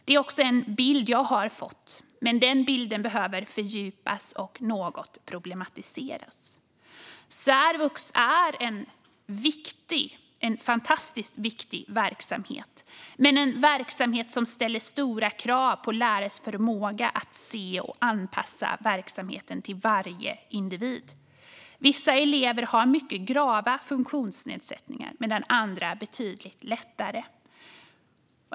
Det är också den bild som jag har fått. Men denna bild behöver fördjupas och något problematiseras. Särvux är en fantastiskt viktig verksamhet, men en verksamhet som ställer stora krav på lärares förmåga att se och anpassa verksamheten till varje individ. Vissa elever har mycket grava funktionsnedsättningar, medan andra har betydligt lättare.